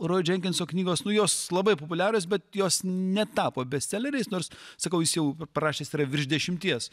roj dženkinso knygos nu jos labai populiarios bet jos netapo bestseleriais nors sakau jis jau parašęs yra virš dešimties